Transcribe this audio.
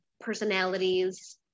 personalities